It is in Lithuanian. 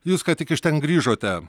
jūs ką tik iš ten grįžote